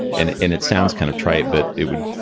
and and it sounds kind of trite, but it would.